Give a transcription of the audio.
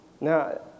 Now